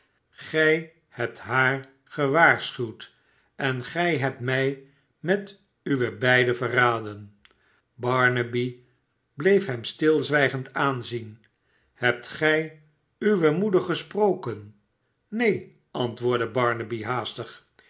gij hebt haar gewaarsccd fs gij hebt mij met uwe beiden verraden barnaby bleef hem stilzgend t hebt ct uwe boeder gesproken neen antwoordde barnaby haastig